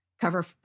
cover